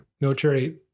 Military